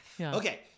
Okay